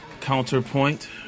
counterpoint